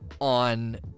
on